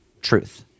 truth